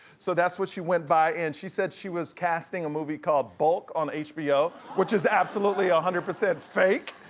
so that's what she went by, and she said she was casting a movie called bulk on hbo, which is absolutely one ah hundred percent fake.